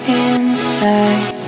inside